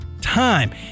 time